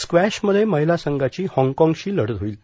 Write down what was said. स्क्वॅशमध्ये महिला संघाची हाँगकाँगशी लढत होईल